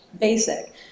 basic